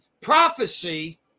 prophecy